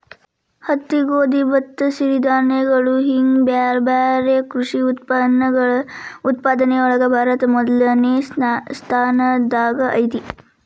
ಹತ್ತಿ, ಗೋಧಿ, ಭತ್ತ, ಸಿರಿಧಾನ್ಯಗಳು ಹಿಂಗ್ ಬ್ಯಾರ್ಬ್ಯಾರೇ ಕೃಷಿ ಉತ್ಪನ್ನಗಳ ಉತ್ಪಾದನೆಯೊಳಗ ಭಾರತ ಮೊದಲ್ನೇ ಸ್ಥಾನದಾಗ ಐತಿ